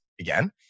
again